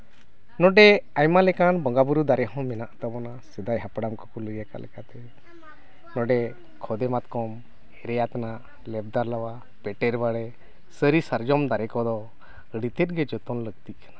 ᱱᱚᱰᱮ ᱟᱭᱢᱟ ᱞᱮᱠᱟᱱ ᱵᱚᱸᱜᱟᱼᱵᱳᱨᱳ ᱫᱟᱨᱮ ᱦᱚᱸ ᱢᱮᱱᱟᱜ ᱛᱟᱵᱚᱱᱟ ᱥᱮᱫᱟᱭ ᱦᱟᱯᱲᱟᱢ ᱠᱚᱠᱚ ᱞᱟᱹᱭᱟᱫ ᱞᱮᱠᱟᱛᱮ ᱱᱚᱰᱮ ᱠᱷᱚᱫᱮ ᱢᱟᱛᱠᱚᱢ ᱨᱮ ᱟᱛᱱᱟᱜ ᱞᱮᱵᱫᱟ ᱞᱟᱣᱟᱜ ᱯᱮᱴᱮᱨ ᱵᱟᱲᱮ ᱥᱟᱹᱨᱤ ᱥᱟᱨᱡᱚᱢ ᱫᱟᱨᱮ ᱠᱚᱫᱚ ᱟᱹᱰᱤ ᱛᱮᱫ ᱜᱮ ᱡᱚᱛᱚᱱ ᱞᱟᱹᱠᱛᱤᱜ ᱠᱟᱱᱟ